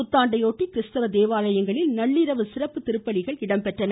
புத்தாண்டையொட்டி கிறிஸ்தவ தேவாலயங்களில் நள்ளிரவு சிறப்பு திருப்பலிகள் நடைபெற்றன